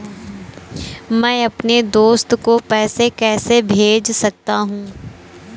मैं अपने दोस्त को पैसे कैसे भेज सकता हूँ?